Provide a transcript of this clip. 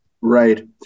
Right